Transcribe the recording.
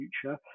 future